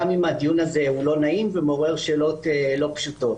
גם אם הדיון הזה הוא לא נעים ומעורר שאלות לא פשוטות.